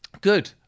good